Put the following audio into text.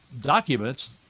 documents